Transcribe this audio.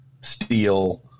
steel